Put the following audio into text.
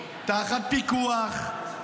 תחת פיקוח,